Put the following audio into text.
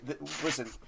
Listen